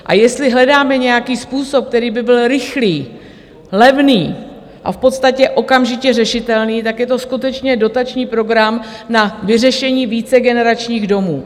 A jestli hledáme nějaký způsob, který by byl rychlý, levný a v podstatě okamžitě řešitelný, tak je to skutečně dotační program na vyřešení vícegeneračních domů.